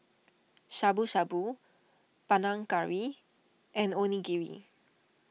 Shabu Shabu Panang Curry and Onigiri